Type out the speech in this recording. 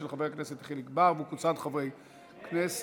של חבר הכנסת חיליק בר וקבוצת חברי כנסת.